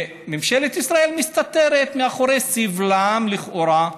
ממשלת ישראל מסתתרת מאחורי סבלם, לכאורה,